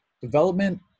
Development